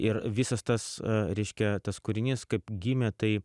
ir visas tas reiškia tas kūrinys kaip gimė tai